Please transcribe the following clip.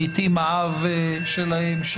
לעיתים האב שלהם,